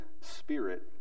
spirit